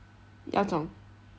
yao zhong